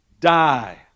die